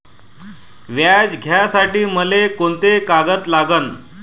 व्याज घ्यासाठी मले कोंते कागद लागन?